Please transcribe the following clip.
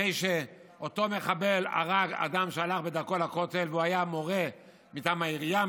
אחרי שאותו מחבל הרג אדם שהלך בדרכו לכותל והוא היה מורה מטעם העירייה,